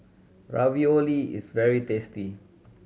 ravioli is very tasty